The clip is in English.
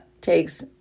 takes